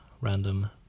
random